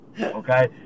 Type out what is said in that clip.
okay